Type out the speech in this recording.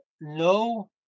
no